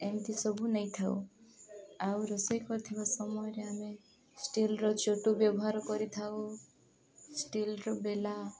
ଏମିତି ସବୁ ନେଇଥାଉ ଆଉ ରୋଷେଇ କରିଥିବା ସମୟରେ ଆମେ ଷ୍ଟିଲ୍ର ଚଟୁ ବ୍ୟବହାର କରିଥାଉ ଷ୍ଟିଲ୍ର ବେଲା